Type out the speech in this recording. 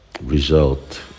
result